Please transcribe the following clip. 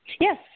yes